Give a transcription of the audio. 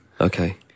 Okay